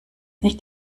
nicht